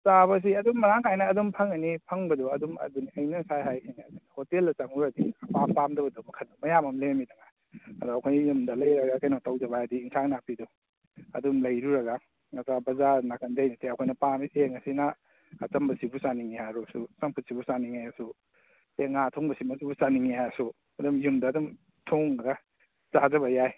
ꯆꯥꯕꯁꯤ ꯑꯗꯨꯝ ꯃꯔꯥꯡ ꯀꯥꯏꯅ ꯑꯗꯨꯝ ꯐꯪꯒꯅꯤ ꯐꯪꯕꯗꯨ ꯑꯗꯨꯝ ꯑꯗꯨꯅ ꯑꯩꯅ ꯉꯁꯥꯏ ꯍꯥꯏꯈ꯭ꯔꯤꯗꯨꯅꯤ ꯑꯗꯨꯝ ꯍꯣꯇꯦꯜꯗ ꯆꯪꯉꯨꯔꯗꯤ ꯑꯄꯥꯝ ꯄꯥꯝꯗꯕꯗꯨ ꯃꯈꯜ ꯃꯌꯥꯝ ꯑꯃ ꯂꯩꯔꯝꯃꯤꯗꯅ ꯑꯗꯣ ꯑꯩꯈꯣꯏ ꯌꯨꯝꯗ ꯂꯩꯔꯒ ꯀꯩꯅꯣ ꯇꯧꯖꯕ ꯍꯥꯏꯗꯤ ꯑꯦꯟꯁꯥꯡ ꯅꯥꯄꯤꯗꯨ ꯑꯗꯨꯝ ꯂꯩꯔꯨꯔꯒ ꯑꯗ ꯕꯖꯥꯔ ꯅꯥꯀꯟꯗꯩ ꯅꯠꯇꯦ ꯑꯩꯈꯣꯏꯅ ꯄꯥꯝꯃꯤꯁꯦ ꯉꯁꯤꯅ ꯑꯆꯝꯕꯁꯤꯕꯨ ꯆꯥꯅꯤꯡꯉꯦ ꯍꯥꯏꯔꯨꯔꯁꯨ ꯆꯝꯐꯨꯠꯁꯤꯕꯨ ꯆꯥꯅꯤꯡꯉꯦ ꯍꯥꯏꯔꯁꯨ ꯑꯦ ꯉꯥ ꯊꯣꯡꯕꯁꯤꯃꯥ ꯆꯥꯅꯤꯡꯉꯦ ꯍꯥꯏꯔꯁꯨ ꯑꯗꯨꯝ ꯌꯨꯝꯗ ꯑꯗꯨꯝ ꯊꯣꯡꯂꯒ ꯆꯥꯖꯕ ꯌꯥꯏ